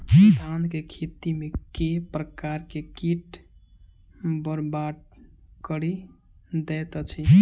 धान केँ खेती मे केँ प्रकार केँ कीट बरबाद कड़ी दैत अछि?